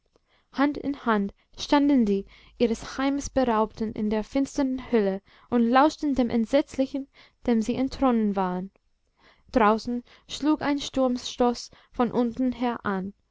hand in hand standen die ihres heimes beraubten in der finsteren höhle und lauschten dem entsetzlichen dem sie entronnen waren draußen schlug ein sturmstoß von unten her an